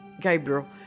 Gabriel